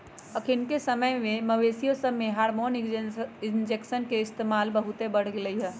अखनिके समय में मवेशिय सभमें हार्मोन इंजेक्शन के इस्तेमाल बहुते बढ़ गेलइ ह